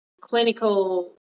clinical